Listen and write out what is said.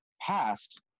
passed